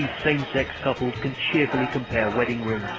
same-sex couples can cheerfully compare wedding rings.